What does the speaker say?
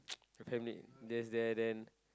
family there's there then